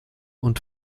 und